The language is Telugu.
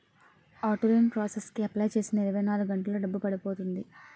ఆటో లోన్ ప్రాసెస్ కి అప్లై చేసిన ఇరవై నాలుగు గంటల్లో డబ్బు పడిపోతుంది